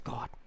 God